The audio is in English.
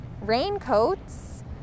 raincoats